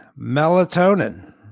Melatonin